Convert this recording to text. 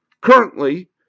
currently